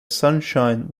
sunshine